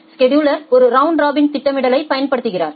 scheduler ஒரு round robin திட்டமிடலைப் பயன்படுத்துகிறார்